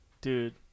Dude